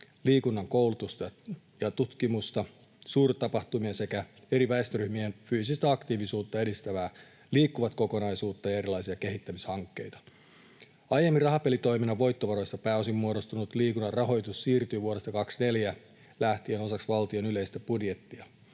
liikunnan koulutusta ja tutkimusta, suurtapahtumia sekä eri väestöryhmien fyysistä aktiivisuutta edistävää Liikkuvat-kokonaisuutta ja erilaisia kehittämishankkeita. Aiemmin rahapelitoiminnan voittovaroista pääosin muodostunut liikunnan rahoitus siirtyi vuodesta 24 lähtien osaksi valtion yleistä budjettia.